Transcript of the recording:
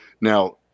Now